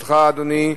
ברשותך, אדוני,